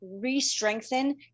re-strengthen